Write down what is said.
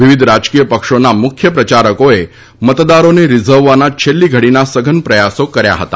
વિવિધ રાજકીય પક્ષોના મુખ્ય પ્રચારકોએ મતદારોને રિઝવવાના છેલ્લી ઘડીના સઘન પ્રયાસો કર્યા હતા